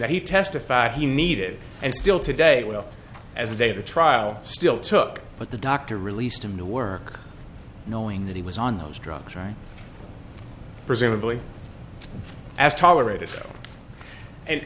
that he testified he needed and still today well as the day the trial still took but the doctor released him to work knowing that he was on those drugs right presumably as tolerated and